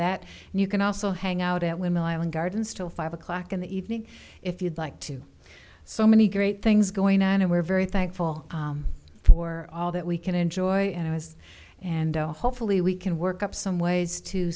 that and you can also hang out at women island gardens till five o'clock in the evening if you'd like to so many great things going on and we're very thankful for all that we can enjoy and it was and hopefully we can work up some ways to